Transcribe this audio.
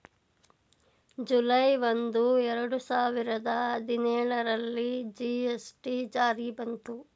July ಒಂದು, ಎರಡು ಸಾವಿರದ ಹದಿನೇಳರಲ್ಲಿ ಜಿ.ಎಸ್.ಟಿ ಜಾರಿ ಬಂತು